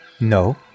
No